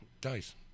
dice